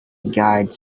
guides